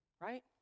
right